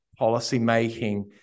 policymaking